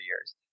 years